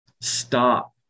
stop